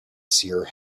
seer